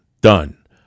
done